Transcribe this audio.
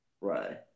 Right